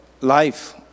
life